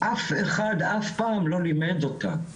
אף אחד אף פעם לא לימד אותם שלוב,